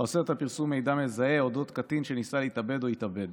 האוסרת על פרסום מידע מזהה אודות קטין שניסה להתאבד או התאבד.